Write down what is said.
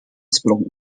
sprong